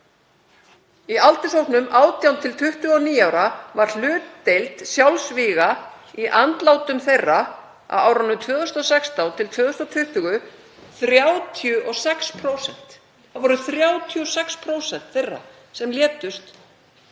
Í aldurshópnum 18–29 ára var hlutdeild sjálfsvíga í andlátum þeirra á árinu 2016–2020 36%. Það voru 36% þeirra sem létust vegna